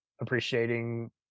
appreciating